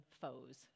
foes